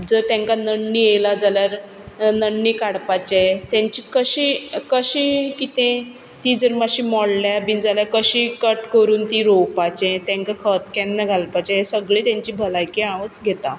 जर तेंकां नडणी येला जाल्यार नडणी काडपाचें तेंची कशी कशी कितें तीं जर मातशीं मोडल्यां बीन जाल्यार कशीं कट करून तीं रोवपाचें तेंकां खत केन्ना घालपाचें हें सगळें तेंची भलायकी हांवूच घेतां